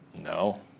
No